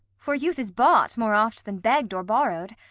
for youth is bought more oft than begg'd or borrow'd.